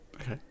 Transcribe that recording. okay